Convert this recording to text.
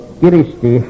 kiristi